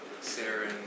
Sarah